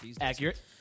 Accurate